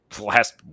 last